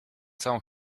całą